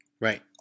Right